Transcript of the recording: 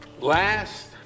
Last